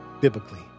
biblically